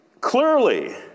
clearly